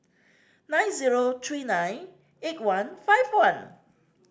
nine zero three nine eight one five one